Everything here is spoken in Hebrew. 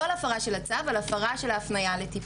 לא על הפרה של הצו, אלא על הפרה של ההפניה לטיפול.